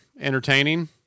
entertaining